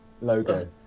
logo